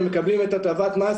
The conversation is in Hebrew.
הם מקבלים הטבת מס,